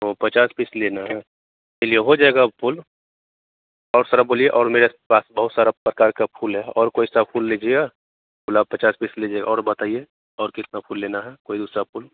तो पचास पीस लेना है चलिए हो जाएगा फूल और सर आप बोलिए और मेरे पास बहुत सारा प्रकार का फूल है और कोई सा फूल लीजिएगा गुलाब पचास पीस लीजिए और बताइए और कितना फूल लेना है कोई दूसरा फूल